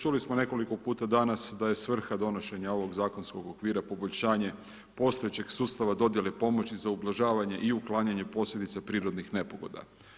Čuli smo nekoliko puta danas, da je svrha donošenje ovog zakonskog okvira poboljšanje postojećeg sustava dodjele pomoći za ublažavanje i uklanjanje posljedica prirodnih nepogoda.